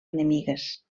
enemigues